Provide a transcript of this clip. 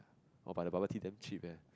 orh but the bubble tea damn cheap eh